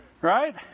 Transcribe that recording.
Right